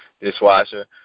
dishwasher